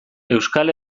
euskal